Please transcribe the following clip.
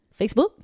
Facebook